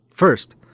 First